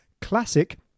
CLASSIC